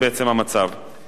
תודה, אדוני.